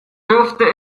dürfte